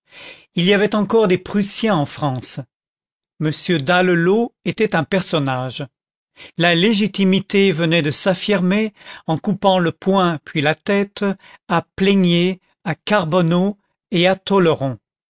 il y avait encore des prussiens en france m delalot était un personnage la légitimité venait de s'affirmer en coupant le poing puis la tête à pleignier à carbonneau et à